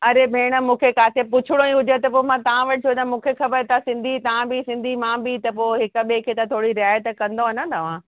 अड़े भेण मूंखे काथे पुछिणो ई हुजे त पोइ मां तव्हां वटि छो अचां मूंखे ख़बर तव्हां सिंधी तव्हां बि सिंधी मां बि त पोइ हिकु ॿिएं खे त थोरी रायत कंदो न तव्हां